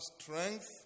strength